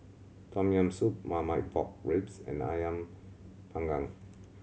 Tom Yam Soup Marmite Pork Ribs and Ayam Panggang